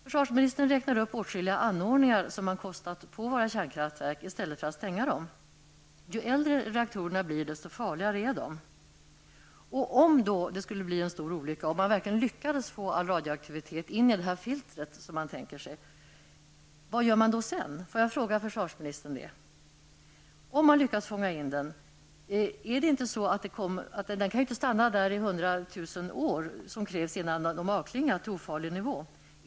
Försvarsministern räknar upp åtskilliga anordningar som man kostat på våra kärnkraftverk i stället för att stänga dem. Ju äldre reaktorna blir desto farligare är de. Om det skulle inträffa en svår olycka och man verkligen lyckades få in all radioaktivitet i det här filtret som man tänkt sig, vad händer då sedan? Den frågan ställer jag till försvarsministern. Radioaktiviteten kan ju inte stanna där i flera hundratusen år tills den avklingat till ofarlig nivå.